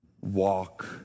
Walk